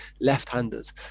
Left-handers